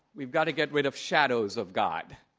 we've got to get rid of shadows of god.